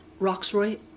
Roxroy